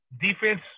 defense